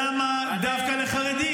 אבל למה דווקא לחרדי?